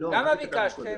למה ביקשתם?